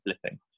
flipping